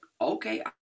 Okay